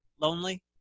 lonely